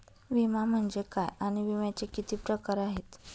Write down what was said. विमा म्हणजे काय आणि विम्याचे किती प्रकार आहेत?